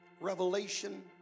Revelation